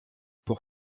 pour